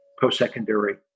post-secondary